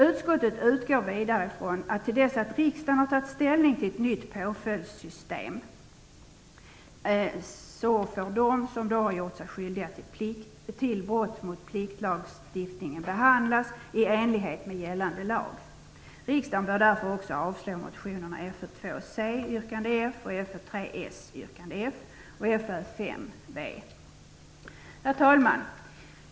Utskottet utgår vidare från att till dess att riksdagen har tagit ställning till ett nytt påföljdssystem skall de som har gjort sig skyldiga till brott mot pliktlagstiftningen behandlas i enlighet med gällande lag. Herr talman!